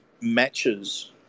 matches